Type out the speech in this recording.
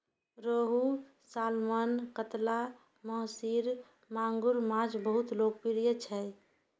रोहू, सालमन, कतला, महसीर, मांगुर माछ बहुत लोकप्रिय छै